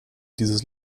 dieses